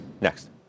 next